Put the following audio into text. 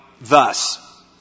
thus